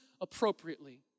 appropriately